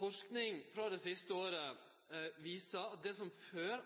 Forsking frå det siste året viser at det som før